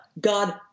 God